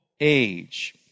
age